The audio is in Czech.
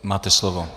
Máte slovo.